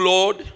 Lord